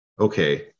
okay